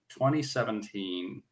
2017